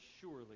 surely